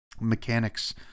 mechanics